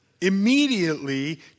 Immediately